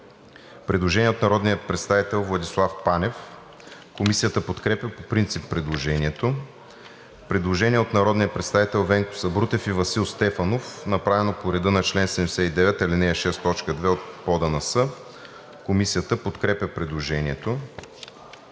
Предложение от народния представител Владислав Панев. Комисията подкрепя по принцип предложението. Предложение от народния представител Венко Сабрутев и Васил Стефанов, направено по реда на чл. 79, ал. 6, т. 2 от ПОДНС. Комисията подкрепя предложението.